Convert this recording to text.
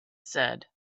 said